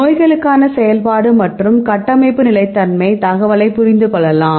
நோய்களுக்கான செயல்பாடு மற்றும் கட்டமைப்பு நிலைத்தன்மை தகவலைப் புரிந்து கொள்ளலாம்